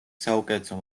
საუკეთესო